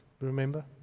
Remember